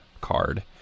card